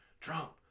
Trump